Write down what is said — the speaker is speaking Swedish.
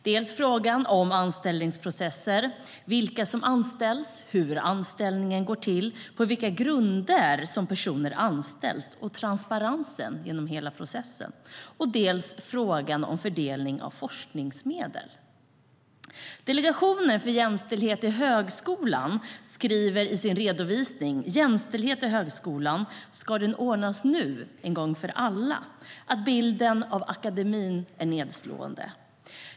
Det är dels frågan om anställningsprocesser, vilka som anställs, hur anställningen går till, på vilka grunder personer anställs och transparensen genom hela processen, dels frågan om fördelning av forskningsmedel. att bilden av akademin är nedslående.